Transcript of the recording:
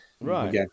Right